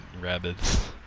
Rabbits